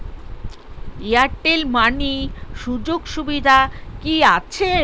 Airtel money সুযোগ সুবিধা কি আছে?